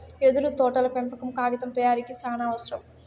యెదురు తోటల పెంపకం కాగితం తయారీకి సానావసరం